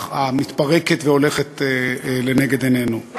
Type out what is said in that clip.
המתפרקת והולכת לנגד עינינו.